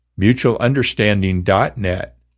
mutualunderstanding.net